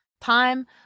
time